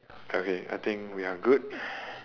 okay I think we are good